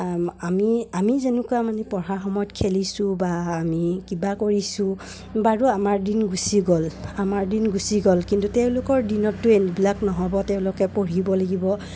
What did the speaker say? আমি আমি যেনেকুৱা মানে পঢ়াৰ সময়ত খেলিছোঁ বা আমি কিবা কৰিছোঁ বাৰু আমাৰ দিন গুচি গ'ল আমাৰ দিন গুচি গ'ল কিন্তু তেওঁলোকৰ দিনততো এবিলাক নহ'ব তেওঁলোকে পঢ়িব লাগিব